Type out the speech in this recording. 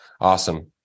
Awesome